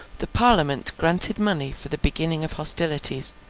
the parliament granted money for the beginning of hostilities,